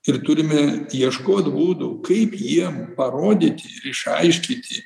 ir turime ieškot būdų kaip jiem parodyti ir išaiškiti